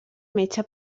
metge